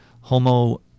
Homo